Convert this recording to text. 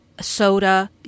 soda